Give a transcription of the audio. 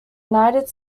united